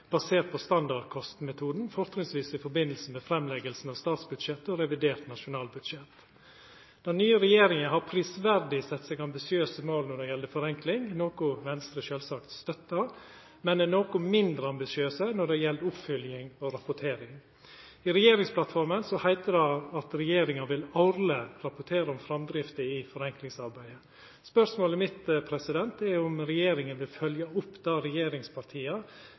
basert på standardkostnadsmetoden, fortrinnsvis i forbindelse med fremleggelsen av statsbudsjettet og revidert nasjonalbudsjett.» Den nye regjeringa har prisverdig sett seg ambisiøse mål når det gjeld forenkling, noko Venstre sjølvsagt støttar, men ho er noko mindre ambisiøs når det gjeld oppfølging og rapportering. I regjeringsplattforma heiter det at regjeringa årleg vil rapportera om framdrifta i forenklingsarbeidet. Spørsmålet mitt er om regjeringa vil følgja opp det regjeringspartia,